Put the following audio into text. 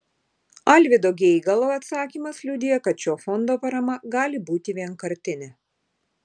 alvydo geigalo atsakymas liudija kad šio fondo parama gali būti vienkartinė